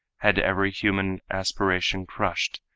had every human aspiration crushed,